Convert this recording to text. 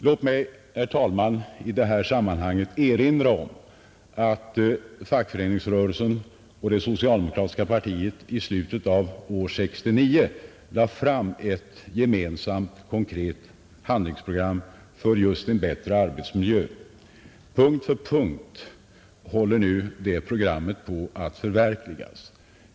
Låt mig, herr talman, i detta sammanhang erinra om att fackföreningsrörelsen och det socialdemokratiska partiet i slutet av år 1969 lade fram ett gemensamt konkret handlingsprogram för just en bättre arbetsmiljö. Punkt för punkt håller nu detta program på att förverkligas.